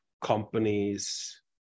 companies